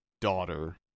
daughter